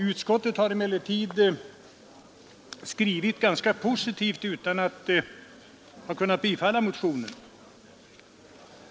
Utskottet har skrivit ganska positivt utan att dock ha kunnat tillstyrka motionen.